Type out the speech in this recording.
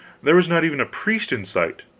there was not even a priest in sight,